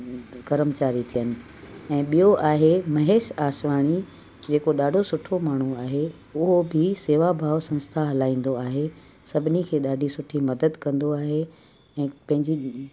करमचारी थियनि ऐं ॿियो आहे महेश आसवाणी जे को ॾाढो सुठो माण्हू आहे उहो बि सेवा भाव संस्था हलाईंदो आहे सभिनी खे ॾाढी सुठी मदद कंदो आहे ऐं पंहिंजे